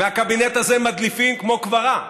מהקבינט הזה מדליפים כמו כברה.